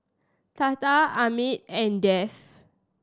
Tata Amit and Dev